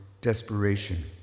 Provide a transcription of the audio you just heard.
desperation